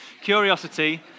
Curiosity